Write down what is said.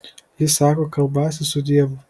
jis sako kalbąsis su dievu